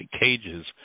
cages